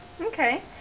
okay